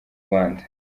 rwanda